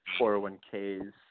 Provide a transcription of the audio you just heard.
401ks